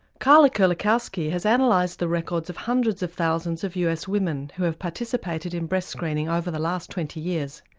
karla kerlikowske has and analysed the records of hundreds of thousands of us women who have participated in breast screening over the last twenty years,